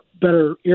better